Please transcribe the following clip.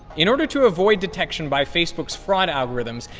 in order to avoid detection by facebook's fraud algorithms,